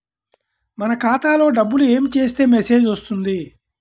మన ఖాతాలో డబ్బులు ఏమి చేస్తే మెసేజ్ వస్తుంది?